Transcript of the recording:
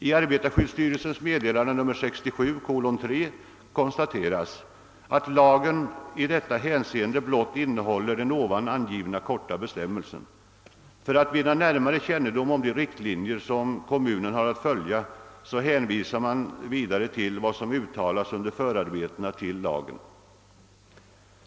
| I arbetarskyddsstyrelsens meddelande nr 67:3 konstateras, att lagen i detta hänseende blott innehåller den ovan angivna korta bestämmelsen. För att vinna närmare kännedom om de riktlinjer som kommunen har att följa hänvisas man vidare till vad som uttalats under förarbetena till lagen.